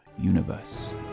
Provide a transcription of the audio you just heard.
universe